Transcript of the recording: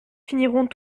finirons